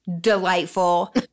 delightful